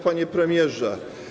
Panie Premierze!